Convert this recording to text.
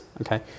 Okay